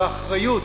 באחריות,